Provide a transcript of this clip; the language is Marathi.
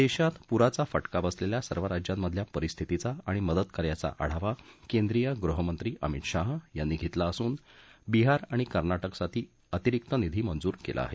देशात पुराचा फटका बसलेल्या सर्व राज्यांमधल्या परिस्थितीचा आणि मदतकार्याचा आढावा केंद्रीय गृहमंत्री अमित शहा यांनी घेतला असून बिहार आणि कर्नाटकसाठी अतिरिक निधी मंजूर केला आहे